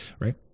right